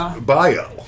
bio